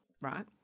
right